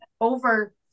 over –